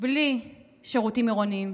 בלי שירותים עירוניים,